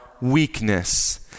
weakness